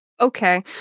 Okay